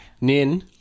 Nin